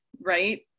right